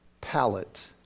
palate